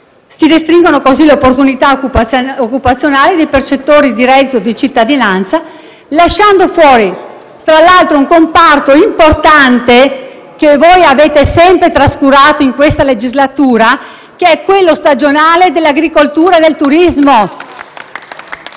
Si restringono così le opportunità occupazionali dei percettori di reddito di cittadinanza, lasciando fuori tra l'altro un comparto importante che voi avete sempre trascurato in questa legislatura, e cioè quello stagionale dell'agricoltura e del turismo.